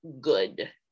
good